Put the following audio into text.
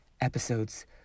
episodes